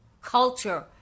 culture